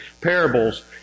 parables